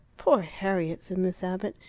poor harriet! said miss abbott.